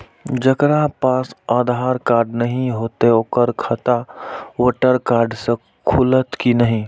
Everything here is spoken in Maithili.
जकरा पास आधार कार्ड नहीं हेते ओकर खाता वोटर कार्ड से खुलत कि नहीं?